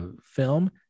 film